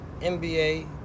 NBA